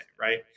right